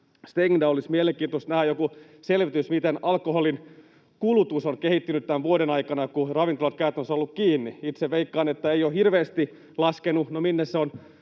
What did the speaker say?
stängda. Olisi mielenkiintoista nähdä joku selvitys, miten alkoholin kulutus on kehittynyt tämän vuoden aikana, kun ravintolat käytännössä ovat olleet kiinni. Itse veikkaan, että ei ole hirveästi laskenut.